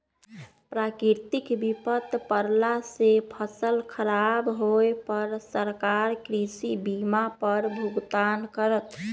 प्राकृतिक विपत परला से फसल खराब होय पर सरकार कृषि बीमा पर भुगतान करत